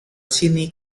sini